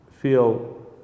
feel